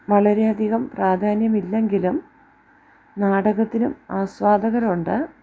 വളരെയധികം പ്രാധാന്യമില്ലെങ്കിലും നാടകത്തിനും ആസ്വാദകരുണ്ട്